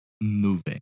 moving